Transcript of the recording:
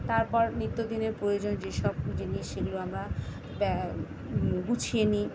তারপর নিত্যদিনের প্রয়োজন যেসব জিনিস সেগুলো আমরা ব্যা গুছিয়ে নিই